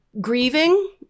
grieving